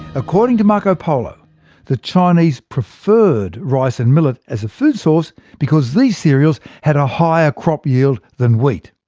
according to marco polo the chinese preferred rice and millet as a food source, because these cereals had a higher crop yield than wheat.